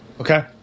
okay